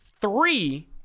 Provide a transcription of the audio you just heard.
three